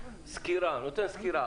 הוא נותן סקירה.